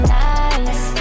nice